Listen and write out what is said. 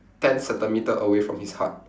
ten centimetre away from his heart